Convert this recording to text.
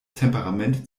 temperament